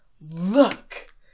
Look